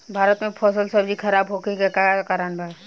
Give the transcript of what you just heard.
भारत में फल सब्जी खराब होखे के का कारण बा?